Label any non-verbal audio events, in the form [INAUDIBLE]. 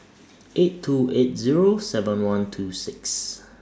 [NOISE] eight two eight Zero seven one two six